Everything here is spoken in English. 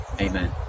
Amen